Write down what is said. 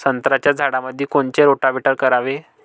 संत्र्याच्या झाडामंदी कोनचे रोटावेटर करावे?